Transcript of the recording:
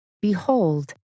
Behold